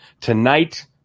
Tonight